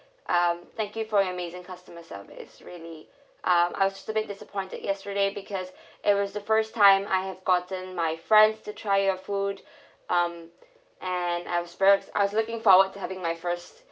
um thank you for your amazing customer service really um I was just a bit disappointed yesterday because it was the first time I have gotten my friends to try your food um and I was ve~ I was looking forward to having my first